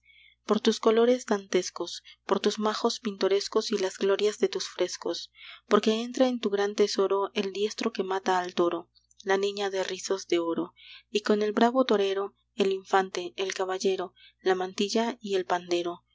por tus colores dantescos por tus majos pintorescos y las glorias de tus frescos porque entra en tu gran tesoro el diestro que mata al toro la niña de rizos de oro y con el bravo torero el infante el caballero la mantilla y el pandero tu